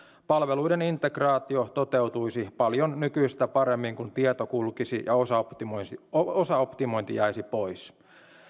palveluiden integraatio toteutuisi paljon nykyistä paremmin kun tieto kulkisi ja osaoptimointi jäisi pois